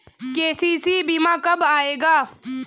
KCC बीमा कब आएगा?